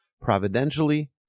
Providentially